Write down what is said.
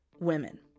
women